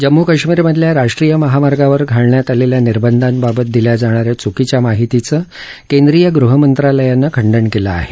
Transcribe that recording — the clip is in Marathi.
जम्मू काश्मिरमधल्या राष्ट्रीय महामार्गावर घालण्यात आलेल्या निर्बंधाबाबत दिल्या जाणा या चुकीच्या माहीतीचं केंद्रीय गृहमंत्रालयानं खंडन केलं आहे